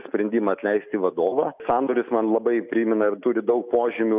sprendimą atleisti vadovą sandoris man labai primena ir turi daug požymių